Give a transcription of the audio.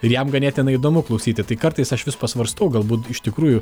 ir jam ganėtinai įdomu klausyti tai kartais aš vis pasvarstau galbūt iš tikrųjų